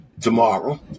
tomorrow